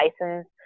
license